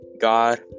God